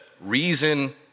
reason